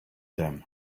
them